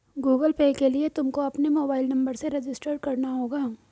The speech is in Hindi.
गूगल पे के लिए तुमको अपने मोबाईल नंबर से रजिस्टर करना होगा